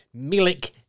Milik